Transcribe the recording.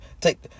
take